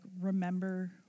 remember